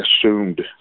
assumed